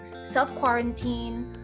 self-quarantine